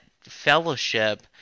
fellowship